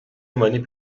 اومدین